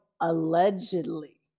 allegedly